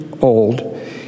old